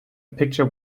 picture